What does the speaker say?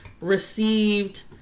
received